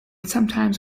sometimes